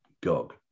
Gog